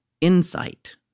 Insight